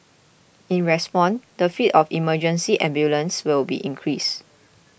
in response the fleet of emergency ambulances will be increased